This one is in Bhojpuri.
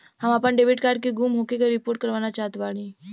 हम आपन डेबिट कार्ड के गुम होखे के रिपोर्ट करवाना चाहत बानी